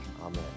Amen